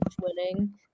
winning